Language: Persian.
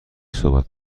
صحبت